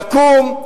תקום,